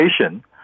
education